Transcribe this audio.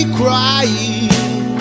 crying